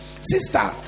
Sister